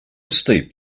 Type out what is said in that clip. steep